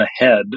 ahead